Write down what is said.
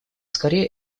скорее